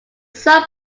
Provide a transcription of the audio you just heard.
sub